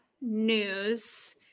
news